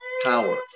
power